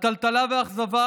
הטלטלה והאכזבה